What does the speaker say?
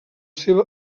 seva